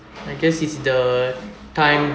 I guess is the time